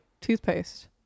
toothpaste